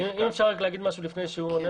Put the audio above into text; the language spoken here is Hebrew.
אם אפשר רק להגיד משהו לפני שהוא עונה